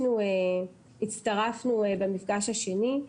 הצטרפנו במפגש השני.